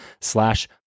slash